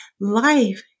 life